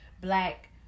black